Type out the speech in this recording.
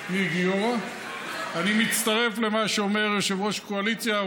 אני מצטרף למה שאומר יושב-ראש הקואליציה.